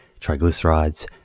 triglycerides